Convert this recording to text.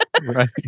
Right